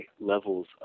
levels